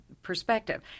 perspective